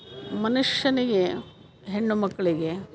ಮನುಷ್ಯನಿಗೆ ಹೆಣ್ಣು ಮಕ್ಕಳಿಗೆ